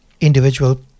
individual